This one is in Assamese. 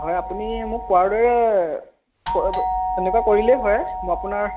হয় আপুনি মোক কোৱাৰ দৰে সেনেকুৱা কৰিলেই হয় মই আপোনাক